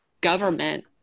government